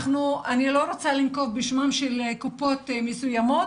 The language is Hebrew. אני לא רוצה לנקוב בשמן של קופות מסוימות,